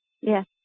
Yes